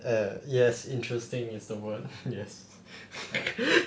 ah ya yes interesting is the word yes